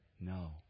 No